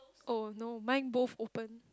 oh no mine both open